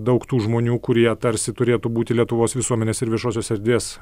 daug tų žmonių kurie tarsi turėtų būti lietuvos visuomenės ir viešosios erdvės